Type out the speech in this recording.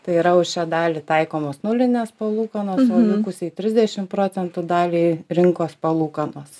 tai yra už šią dalį taikomas nulinės palūkanos o likusiai trisdešim procentų daliai rinkos palūkanos